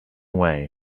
way